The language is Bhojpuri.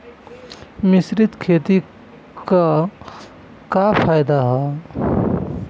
मिश्रित खेती क का फायदा ह?